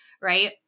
right